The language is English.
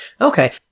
Okay